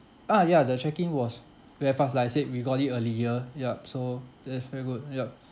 ah ya the checking was very fast like I said we got it earlier yup so that's very good yup